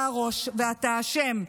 אתה הראש ואתה אשם.